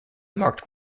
marked